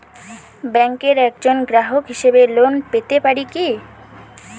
ব্যাংকের একজন গ্রাহক হিসাবে লোন পেতে পারি কি?